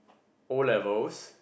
O-levels